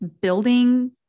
building